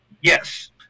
Yes